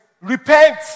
repent